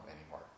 anymore